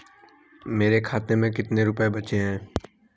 मेरे खाते में कितने रुपये बचे हैं?